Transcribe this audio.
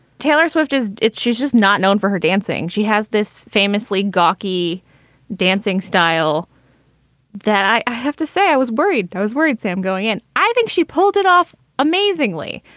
taylor swift does it. she's just not known for her dancing she has this famously gawky dancing style that i have to say i was worried. i was worried sam going in. i think she pulled it off amazingly,